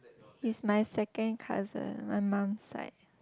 he is my second cousin my mom side